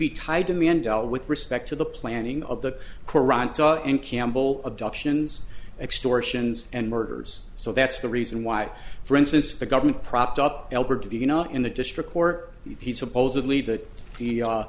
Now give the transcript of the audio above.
be tied in the end with respect to the planning of the koran and campbell abductions extortions and murders so that's the reason why for instance the government propped up albert the you know in the district court he supposedly that the